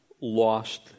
lost